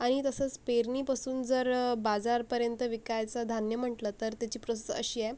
आनि तसंस पेरनीपसून जर बाजारपर्यंत विकायचं धान्य म्हंटलं तर त्याची प्रस्स अशी आय